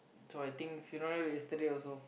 so I think funeral yesterday also